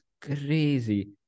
crazy